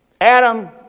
Adam